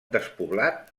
despoblat